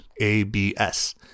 ABS